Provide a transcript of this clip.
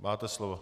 Máte slovo.